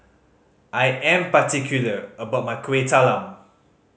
I am particular about my Kuih Talam